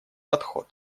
подход